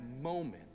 moment